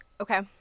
Okay